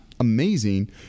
Amazing